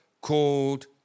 called